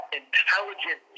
intelligent